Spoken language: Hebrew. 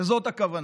לזאת הכוונה.